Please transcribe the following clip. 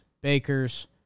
bakers